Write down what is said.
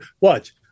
Watch